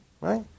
Right